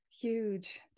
Huge